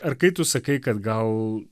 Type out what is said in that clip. ar kai tu sakai kad gal